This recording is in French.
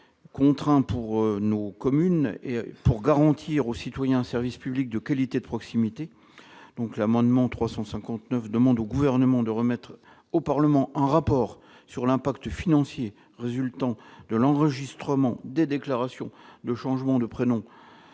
contraint pour les communes et afin de garantir aux citoyens un service public de qualité et de proximité, l'amendement n° II-359 vise à demander au Gouvernement de remettre au Parlement un rapport sur l'impact financier résultant de l'enregistrement des déclarations de changement de prénom